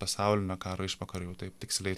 pasaulinio karo išvakarių jau taip tiksliai